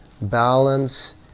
balance